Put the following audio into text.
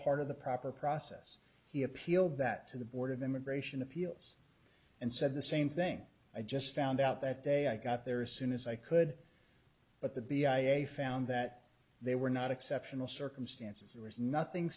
part of the proper process he appealed that to the board of immigration appeals and said the same thing i just found out that day i got there soon as i could but the b i i found that they were not exceptional circumstances there was nothing